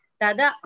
tada